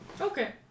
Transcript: Okay